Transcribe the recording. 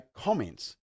comments